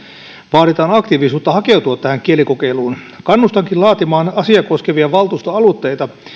vaaditaan aktiivisuutta hakeutua tähän kielikokeiluun kannustankin laatimaan asiaa koskevia valtuustoaloitteita